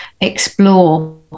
explore